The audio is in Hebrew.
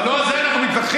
אבל לא על זה אנחנו מתווכחים,